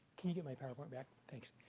can you get my powerpoint back, thanks.